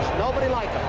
nobody like him.